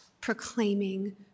proclaiming